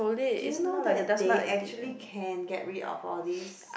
do you know they actually can get rid of all these